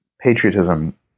patriotism